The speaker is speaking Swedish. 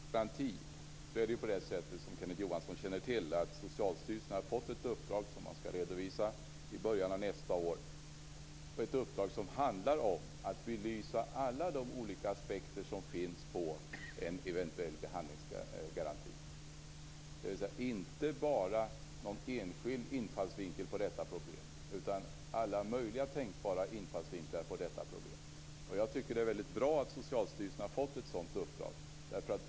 Fru talman! Beträffande alternativ har Socialstyrelsen - som Kenneth Johansson känner till - fått ett uppdrag som skall redovisas i början av nästa år, ett uppdrag som innebär att man skall belysa alla de olika aspekter som kan finnas på en eventuell behandlingsgaranti. Det är inte bara fråga om någon enskild infallsvinkel på detta problem, utan det gäller alla möjliga tänkbara infallsvinklar. Jag tycker att det är väldigt bra att Socialstyrelsen har fått ett sådant uppdrag.